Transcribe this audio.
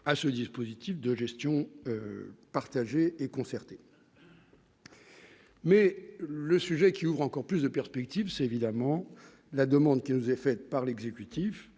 à ce dispositif de gestion partagés et concertés. Mais le sujet qui ouvre encore plus de perspective, c'est évidemment la demande qui nous est faite par l'exécutif,